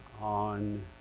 on